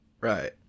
right